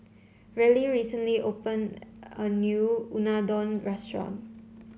Reilly recently opened a new Unadon Restaurant